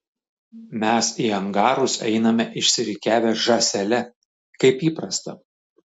mes į angarus einame išsirikiavę žąsele kaip įprasta